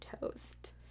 toast